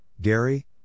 Gary